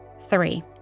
Three